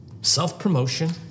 self-promotion